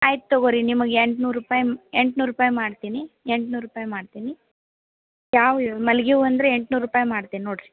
ಆಯ್ತು ತೊಗೋಳ್ರಿ ನಿಮಗೆ ಎಂಟ್ನೂರು ರೂಪಾಯಿ ಎಂಟ್ನೂರು ರೂಪಾಯಿ ಮಾಡ್ತೀನಿ ಎಂಟ್ನೂರು ರೂಪಾಯಿ ಮಾಡ್ತೀನಿ ಯಾವ ಮಲ್ಲಿಗೆ ಹೂವು ಅಂದರೆ ಎಂಟ್ನೂರು ರೂಪಾಯಿ ಮಾಡ್ತೇನೆ ನೋಡಿರಿ